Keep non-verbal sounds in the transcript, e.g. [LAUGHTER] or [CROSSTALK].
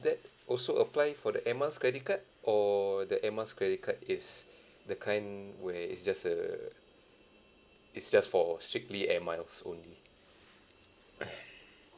that also apply for the air miles credit card or the air miles credit card is the kind where it's just a it's just for strictly air miles only [NOISE]